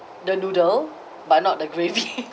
the noodle but not the gravy